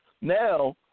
Now